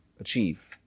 achieve